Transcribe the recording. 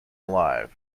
alive